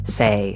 say